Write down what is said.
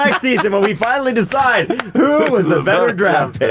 next season, when we finally decide who is the better draft